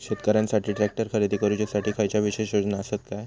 शेतकऱ्यांकसाठी ट्रॅक्टर खरेदी करुच्या साठी खयच्या विशेष योजना असात काय?